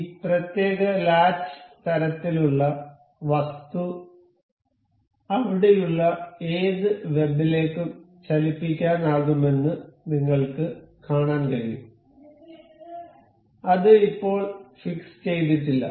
ഈ പ്രത്യേക ലാച്ച് തരത്തിലുള്ള വസ്തു അവിടെയുള്ള ഏത് വെബിലേക്കും ചലിപ്പിക്കാനാകുമെന്ന് നിങ്ങൾക്ക് കാണാൻ കഴിയും അത് ഇപ്പോൾ ഫിക്സ് ചെയ്തിട്ടില്ല